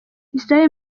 israel